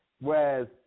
Whereas